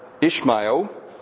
Ishmael